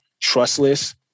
trustless